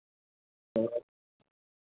ᱦᱳᱭ